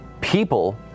people